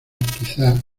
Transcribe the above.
quizá